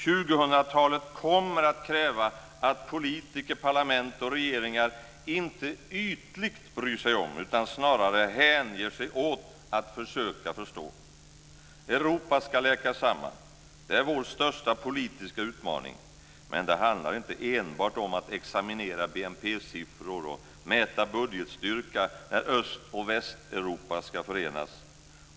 2000-talet kommer att kräva att politiker, parlament och regeringar inte ytligt bryr sig om utan snarare hänger sig åt att försöka förstå. Europa ska läka samman - det är vår största politiska utmaning. Men det handlar inte enbart om att examinera BNP-siffror och mäta budgetstyrka när Öst och Västeuropa ska förenas.